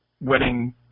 wedding